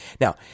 Now